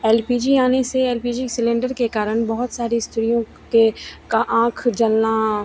L P G आने से L P G cylinder के कारण बहुत सारी स्त्रियों के की आँख जलना